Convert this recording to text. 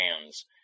hands